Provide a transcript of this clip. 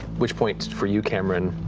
which point, for you cameron,